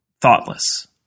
thoughtless